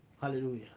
hallelujah